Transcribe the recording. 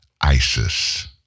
ISIS